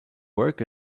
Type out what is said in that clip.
work